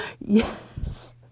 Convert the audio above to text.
Yes